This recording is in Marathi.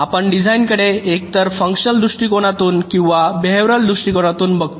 आपण डिझाइनकडे एकतर फंक्शनल दृष्टिकोनातून किंवा बेहेवरल दृष्टिकोनातून बघतो